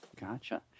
Gotcha